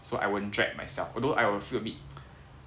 so I won't drag myself although I will feel a bit